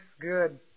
good